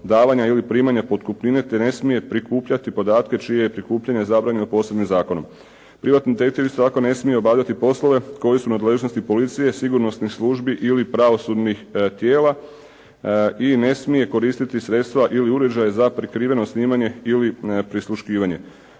ili primanja potkupnine te ne smije prikupljati podatke čije je prikupljanje zabranjeno posebnim zakonom. Privatni detektiv isto tako ne smije obavljati poslove koji su u nadležnosti policije, sigurnosnih službi ili pravosudnih tijela i ne smije koristiti sredstva ili uređaje za prikriveno snimanje ili prisluškivanje.